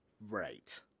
Right